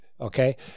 Okay